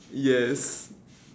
yes